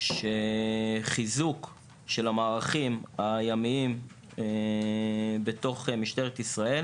חיזוק של המערכים הימיים בתוך משטרת ישראל